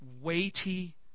weighty